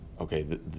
okay